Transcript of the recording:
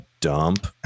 dump